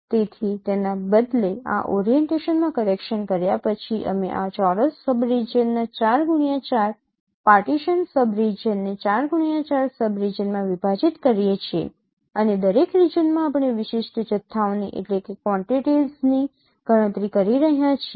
તેથી તેના બદલે આ ઓરીએન્ટેશનમાં કરેક્શન કર્યા પછી અમે આ ચોરસ સબ રિજિયન ના 4x4 પાર્ટીશન સબ રિજિયન ને 4x4 સબ રિજિયનમાં વિભાજીત કરીએ છીએ અને દરેક રિજિયનમાં આપણે આ વિશિષ્ટ જથ્થાઓની ગણતરી કરી રહ્યા છીએ